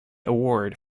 award